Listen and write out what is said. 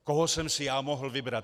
Koho jsem si já mohl vybrat?